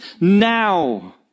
now